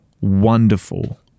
wonderful